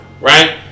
right